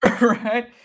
Right